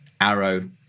arrow